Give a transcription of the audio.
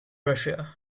russia